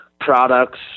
products